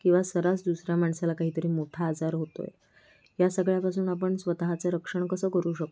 किंवा सर्रास दुसरा माणसाला काही तरी मोठा आजार होतो आहे या सगळ्यापासून आपण स्वतःच रक्षण कसं करू शकतो